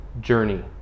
journey